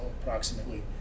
approximately